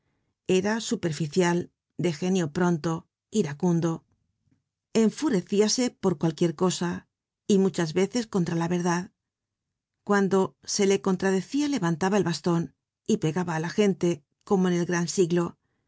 era superficial de genio pronto iracundo enfurecíase por cualquier cosa y muchas veces contra la verdad cuando se le contradecia levantaba el baston y pegaba á la gente como en el gran siglo